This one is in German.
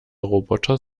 roboter